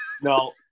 no